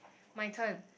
my turn